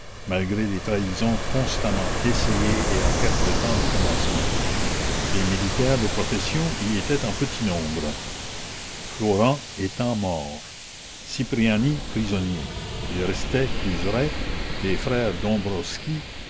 malgré les trahisons constamment essayées et la perte de temps du commencement les militaires de profession y étaient en petit nombre flourens étant mort cipriani prisonnier il restait cluseret les frères dombrowski